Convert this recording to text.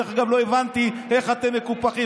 דרך אגב, לא הבנתי איך אתם מקופחים.